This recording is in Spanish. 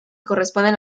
corresponden